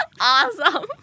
Awesome